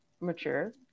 mature